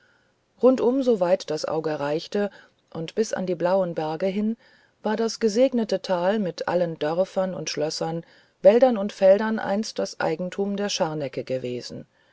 rundum so weit das auge reichte und bis an die blauen berge hin war das gesegnete tal mit allen dörfern und schlössern wäldern und feldern einst das eigentum der scharnecke gewesen